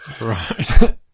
Right